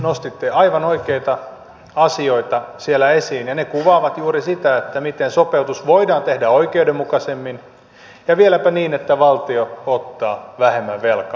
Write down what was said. nostitte aivan oikeita asioita siellä esiin ja ne kuvaavat juuri sitä miten sopeutus voidaan tehdä oikeudenmukaisemmin ja vieläpä niin että valtio ottaa vähemmän velkaa